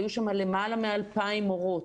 היו שם למעלה מ-2,000 מורות.